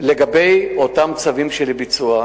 לגבי אותם צווים לביצוע.